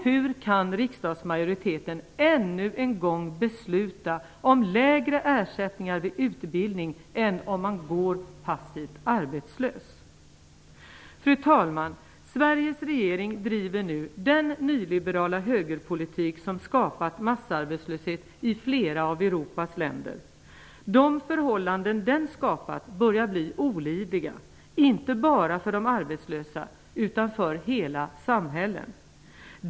Hur kan riksdagsmajoriteten än en gång besluta om lägre ersättningar vid utbildning än om man går passivt arbetslös? Fru talman! Sveriges regering driver nu den nyliberala högerpolitik som har skapat massarbetslöshet i flera av Europas länder. De förhållanden som den har skapat börjar bli olidliga -- inte bara för de arbetslösa utan för hela samhället.